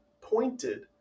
pointed